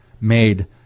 made